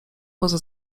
poza